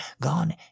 gone